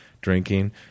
drinking